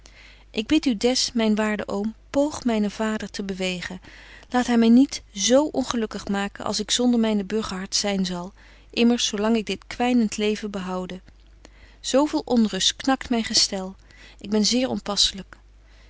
ik bid u des myn waarde oom poog mynen vader te bewegen laat hy my niet z ongelukkig maken als ik zonder myne burgerhart zyn zal immers zo lang ik dit kwynent leven behoude zo veel onrust knakt myn gestel ik ben zeer